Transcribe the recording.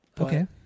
Okay